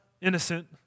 innocent